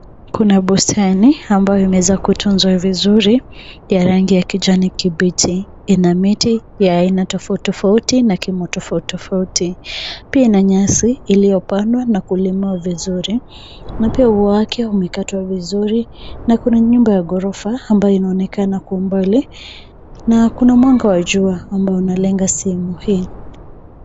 Kuna bustani ambayo imeweza kutunzwa vizuri ya rangi ya kijani kibichi. Ina miti ya aina tofauti tofauti na kimo tofauti tofauti. Pia ina nyasi iliyopandwa na kulimwa vizuri na pia ua wake umekatwa vizuri na kuna nyumba ya ghorofa ambayo inaonekana kwa umbali na kuna mwanga wa jua ambao unalenga sehemu hii.